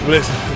Listen